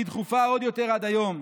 והיא דחופה עוד יותר עד היום.